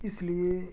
اس لیے